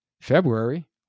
February